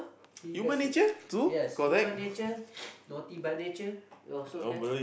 see that's uh yes human nature naughty by nature also can